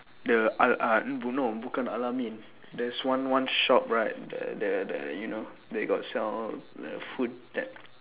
the al al no bukan al-ameen there's one one shop right that that that you know they got sell the food that